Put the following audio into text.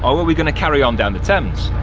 or were we going to carry on down the thames.